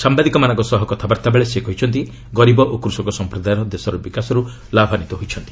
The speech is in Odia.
ସାମ୍ବାଦିକମାନଙ୍କ ସହ କଥାବାର୍ତ୍ତା ବେଳେ ସେ କହିଛନ୍ତି ଗରିବ ଓ କୃଷକ ସମ୍ପ୍ରଦାୟ ଦେଶର ବିକାଶର୍ତ ଲାଭାନ୍ୱିତ ହୋଇଛନ୍ତି